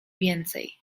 więcej